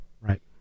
Right